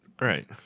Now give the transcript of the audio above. Right